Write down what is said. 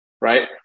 right